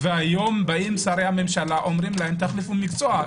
והיום באים שרי הממשלה אומרים להם: תחליפו מקצוע,